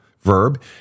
verb